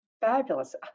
Fabulous